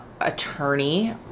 attorney